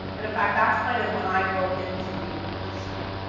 and in fact, that's kind of when i broke into the industry,